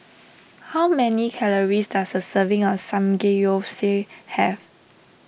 how many calories does a serving of Samgeyopsal have